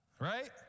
Right